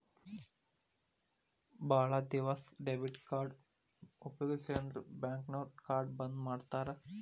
ಭಾಳ್ ದಿವಸ ಡೆಬಿಟ್ ಕಾರ್ಡ್ನ ಉಪಯೋಗಿಸಿಲ್ಲಂದ್ರ ಬ್ಯಾಂಕ್ನೋರು ಕಾರ್ಡ್ನ ಬಂದ್ ಮಾಡ್ತಾರಾ